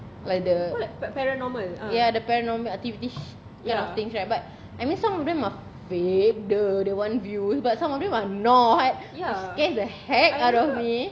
like the ya the paranormal activity shi~ kind of things right but I mean some of them are they faked they want views but some of them are not scared the heck out of me